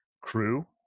crew